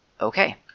okay